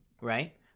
right